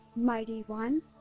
mighty one,